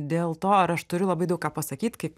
dėl to ar aš turiu labai daug ką pasakyt kaip